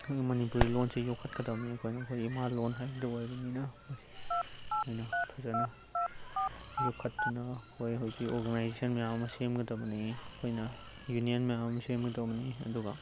ꯑꯩꯈꯣꯏꯒꯤ ꯃꯅꯤꯄꯨꯔꯤ ꯂꯣꯟꯁꯤ ꯌꯣꯛꯈꯠꯀꯗꯕꯅꯤ ꯑꯩꯈꯣꯏ ꯑꯩꯈꯣꯏ ꯏꯃꯥ ꯂꯣꯟ ꯍꯥꯏꯕꯗꯣ ꯑꯣꯏꯕꯅꯤꯅ ꯑꯩꯅ ꯐꯖꯅ ꯌꯣꯛꯈꯠꯇꯨꯅ ꯑꯩꯈꯣꯏ ꯍꯧꯖꯤꯛ ꯑꯣꯔꯒꯅꯥꯏꯖꯦꯁꯟ ꯃꯌꯥꯝ ꯑꯃ ꯁꯦꯝꯒꯗꯕꯅꯤ ꯑꯩꯈꯣꯏꯅ ꯌꯨꯅꯤꯌꯟ ꯃꯌꯥꯝ ꯑꯃ ꯁꯦꯝꯒꯗꯕꯅꯤ ꯑꯗꯨꯒ